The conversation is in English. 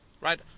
right